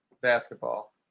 basketball